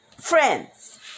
friends